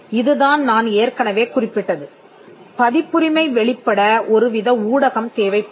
இதுதான் நான் ஏற்கனவே குறிப்பிட்டது பதிப்புரிமை வெளிப்பட ஒருவித ஊடகம் தேவைப்படும்